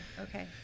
Okay